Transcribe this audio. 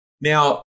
Now